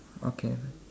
okay